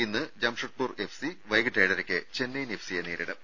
ഇന്ന് ജംഷദ്പൂർ എഫ്സി വൈകീട്ട് ഏഴരക്ക് ചെന്നൈയിൻ എഫ്സിയെ നേരിടും